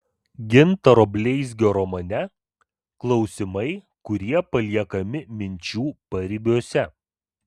gintaro bleizgio romane klausimai kurie paliekami minčių paribiuose